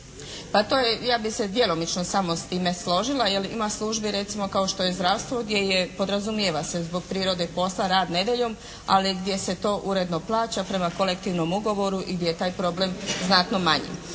Pa to je, ja bih se djelomično samo s time složila, jer ima službe recimo kao što je zdravstvo gdje podrazumijeva se zbog prirode posla rad nedjeljom, ali gdje se to uredno plaća prema kolektivnom ugovoru i gdje je taj problem znatno manji.